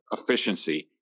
efficiency